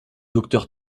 docteur